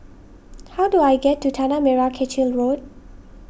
how do I get to Tanah Merah Kechil Road